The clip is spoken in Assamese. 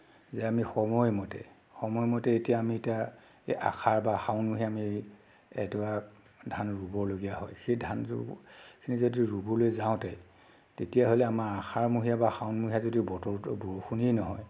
যে আমি সময়মতে সময়মতে এতিয়া আমি এতিয়া এই আহাৰ বা শাওণমহীয়া আমি এডৰা ধান ৰুবলগীয়া হয় সেই ধান খিনি যদি ৰুবলৈ যাওঁতে তেতিয়াহ'লে আমাৰ আহাৰমহীয়া বা শাওণমহীয়া যদি বতৰটো বৰষুণেই নহয়